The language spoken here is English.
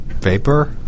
vapor